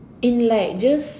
in like just